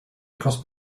across